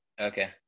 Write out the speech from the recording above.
Okay